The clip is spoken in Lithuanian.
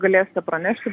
galėsite pranešti